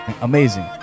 Amazing